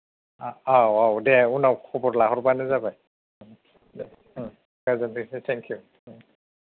अ औ औ दे उनाव खबर लाहरबानो जाबाय ओम जागोन दे थेंक इउ